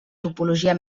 topologia